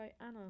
anna